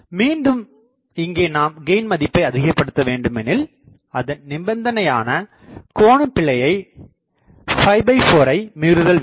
மீண்டும் இங்கே நாம் கெயின் மதிப்பை அதிகப்படுத்த வேண்டும் எனில் அதன் நிபந்தனையான கோணபிழை 4ஐ மீறுதல் வேண்டும்